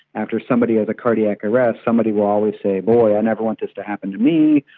after somebody has a cardiac arrest, somebody will always say, boy, i never want this to happen to me,